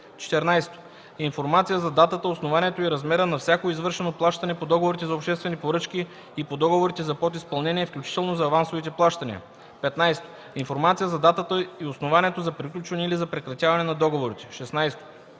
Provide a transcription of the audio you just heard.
14. информация за датата, основанието и размера на всяко извършено плащане по договорите за обществени поръчки и по договорите за подизпълнение, включително за авансовите плащания; 15. информация за датата и основанието за приключване или за прекратяване на договорите; 16.